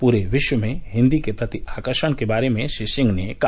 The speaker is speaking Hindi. पूरे विश्व में हिन्दी के प्रति आकर्षण के बारे में श्री सिंह ने कहा